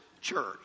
church